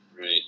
Right